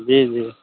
जी जी